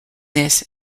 this